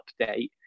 update